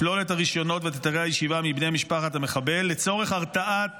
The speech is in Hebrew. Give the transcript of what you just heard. לשלול את הרישיונות ואת היתרי הישיבה מבני משפחת המחבל לצורך הרתעת